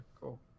cool